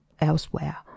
elsewhere